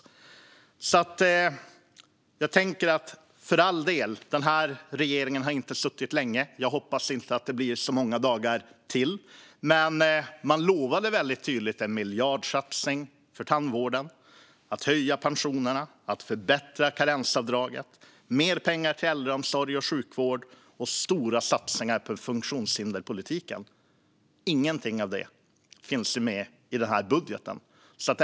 För all del, den här regeringen har inte suttit länge, och jag hoppas att det inte blir så många dagar till. Men man lovade väldigt tydligt en miljardsatsning på tandvården, höjda pensioner, förbättrat karensavdrag, mer pengar till äldreomsorg och sjukvård och stora satsningar på funktionshinderspolitiken. Ingenting av detta finns med i budgeten.